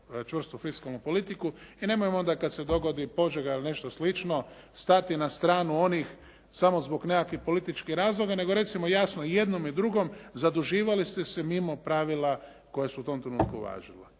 čvrstu fiskalnu politiku i nemojmo onda kad se dogodi Požega ili nešto slično stati na stranu onih samo zbog nekakvih političkih razloga nego recimo jasno i jednom i drugom: Zaduživali ste se mimo pravila koja su u tom trenutku važila.